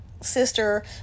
sister